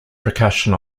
percussion